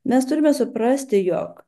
mes turime suprasti jog